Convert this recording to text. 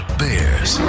bears